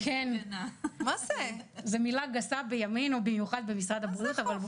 מחודשת לגבי התיקון ובעקבות ההערות והגשנו